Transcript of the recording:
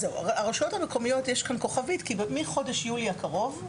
לגבי הרשויות המקומיות ישנה כוכבית כי מחודש יולי הקרוב,